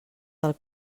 del